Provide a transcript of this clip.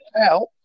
out